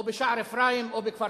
או בשער-אפרים או בכפר-סבא.